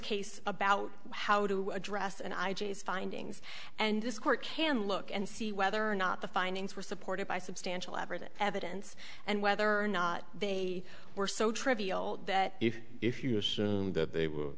case about how to address and i g s findings and this court can look and see whether or not the findings were supported by substantial evidence evidence and whether or not they were so trivial that if if you assume that they were